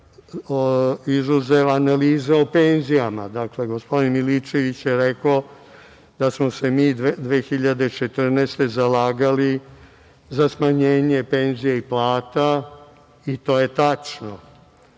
izuzev analize o penzijama. Dakle, gospodin Milićević je rekao da smo se mi 2014. godine zalagali za smanjenje penzija i plata i to je tačno.